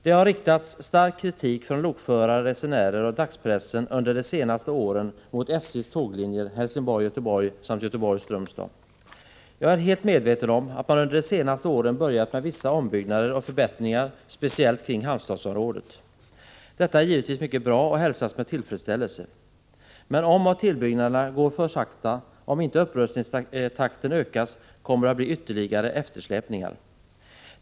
Det har riktats stark kritik från lokförare, resenärer och dagspressen under de senaste åren mot SJ:s tåglinjer Helsingborg-Göteborg samt Göteborg Strömstad. Jag är helt medveten om, att man under de senaste åren börjat med vissa ombyggnader och förbättringar speciellt kring Halmstadsområdet. Detta är givetvis mycket bra och hälsas med tillfredsställelse. Men omoch tillbyggnaderna går för sakta, och om inte upprustningstakten ökas kommer det att bli ytterligare eftersläpningar.